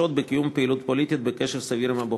לקיים פעילות פוליטית בקשר סביר עם הבוחר.